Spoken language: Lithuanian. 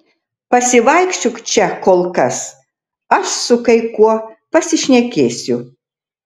pasivaikščiok čia kol kas aš su kai kuo pasišnekėsiu